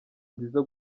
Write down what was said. nziza